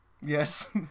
Yes